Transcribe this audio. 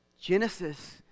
Genesis